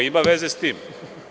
Ima veze s tim.